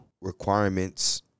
requirements